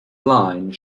line